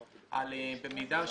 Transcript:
- ירדה.